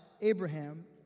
Abraham